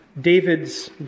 David's